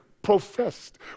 professed